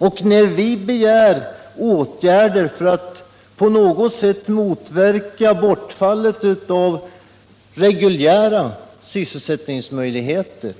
Och när vi begär åtgärder för att på något sätt motverka bortfallet av reguljära sysselsättningsmöjligheter,